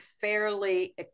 fairly